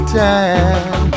time